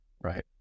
right